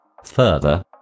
Further